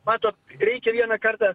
matot reikia vieną kartą